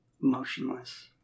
motionless